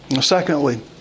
Secondly